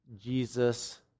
Jesus